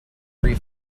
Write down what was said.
free